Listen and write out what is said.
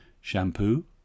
shampoo